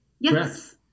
Yes